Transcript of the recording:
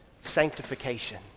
sanctification